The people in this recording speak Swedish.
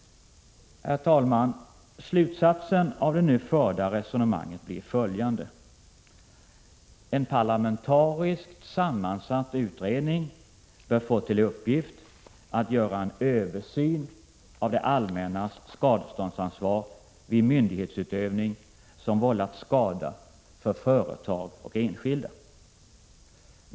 Herr talman! Slutsatsen av det nu förda resonemanget blir följande. En parlamentariskt sammansatt utredning bör få till uppgift att göra en översyn av det allmännas skadeståndsansvar vid myndighetsutövning som vållat skada för företag och enskilda.